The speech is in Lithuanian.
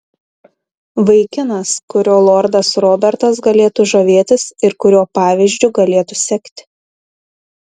vaikinas kuriuo lordas robertas galėtų žavėtis ir kurio pavyzdžiu galėtų sekti